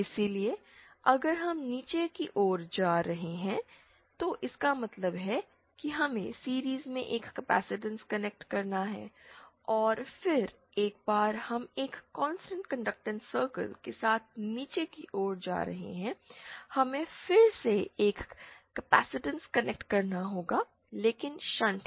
इसलिए अगर हम नीचे की ओर जा रहे हैं तो इसका मतलब है कि हमें सीरिज़ में एक कैपेसिटेंस कनेक्ट करना है और फिर एक बार हम एक कांस्टेंट कंडक्टेंस सर्कल के साथ नीचे की ओर जा रहे हैं हमें फिर से एक कैपेसिटेंस कनेक्ट करना होगा लेकिन शंट में